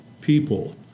people